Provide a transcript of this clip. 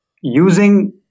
using